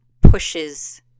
pushes